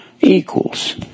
equals